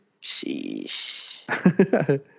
Sheesh